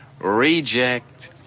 reject